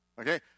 Okay